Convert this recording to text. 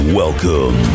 welcome